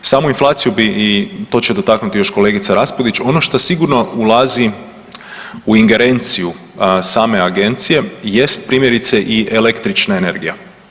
Samu inflaciju bi i to će dotaknuti još kolegica Raspudić, ono što sigurno ulazi u ingerenciju same agencije jest primjerice i električna energija.